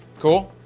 cool.